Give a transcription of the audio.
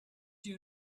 you